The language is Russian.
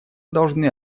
должны